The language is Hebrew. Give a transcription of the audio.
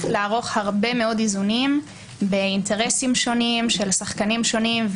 לערוך הרבה מאוד איזונים בין אינטרסים שונים של שחקנים שונים,